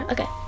Okay